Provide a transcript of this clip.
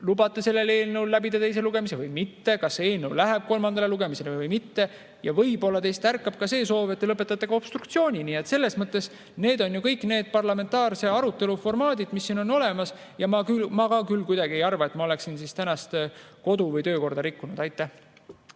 lubate sellel eelnõul läbida teise lugemise või mitte, kas see eelnõu läheb kolmandale lugemisele või mitte. Ja võib-olla teis tärkab soov lõpetada obstruktsioon. Nii et selles mõttes need on ju kõik parlamentaarse arutelu formaadid, mis siin on olemas. Ja ma ka küll ei arva, et ma olen täna kuidagi kodu‑ ja töökorda rikkunud. Mati